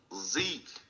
Zeke